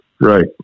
Right